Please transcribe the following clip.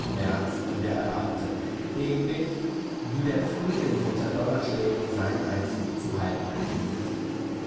märz wieder erwachte ähnlich wie der frühling unter donnerschlägen seinen einzug zu halten liebt